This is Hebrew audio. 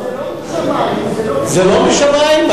זה לא משמים.